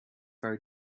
very